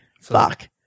Fuck